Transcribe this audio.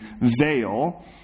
veil